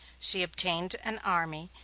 she obtained an army,